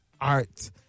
art